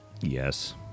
Yes